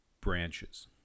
branches